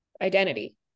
identity